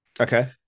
Okay